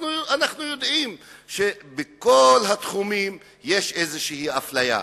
אנחנו יודעים שבכל התחומים יש איזו אפליה,